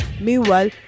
meanwhile